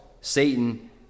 Satan